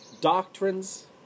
doctrines